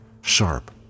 sharp